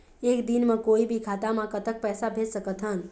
एक दिन म कोई भी खाता मा कतक पैसा भेज सकत हन?